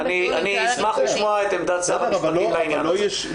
אשמח לשמוע את עמדת שר המשפטים בעניין הזה.